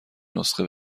نسخه